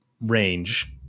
range